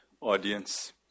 audience